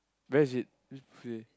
where's it which buffet